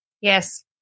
Yes